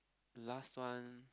last one